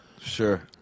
Sure